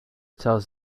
tells